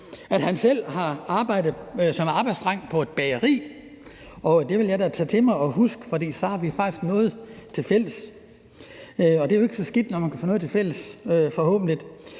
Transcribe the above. at han selv har arbejdet som arbejdsdreng på et bageri. Det vil jeg da tage til mig og huske, for så har vi faktisk noget tilfælles, og det er jo ikke så skidt, når man kan have noget tilfælles, forhåbentlig.